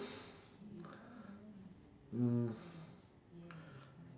mm